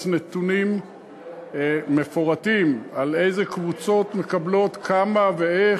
נתונים מפורטים אילו קבוצות מקבלות כמה ואיך.